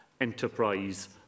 enterprise